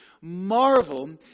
Marvel